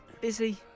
Busy